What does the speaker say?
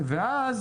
אז